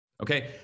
Okay